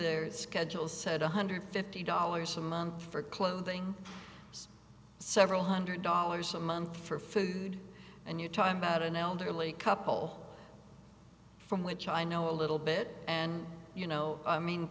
their schedule said one hundred fifty dollars a month for clothing several hundred dollars a month for food and you time that an elderly couple from which i know a little bit and you know i mean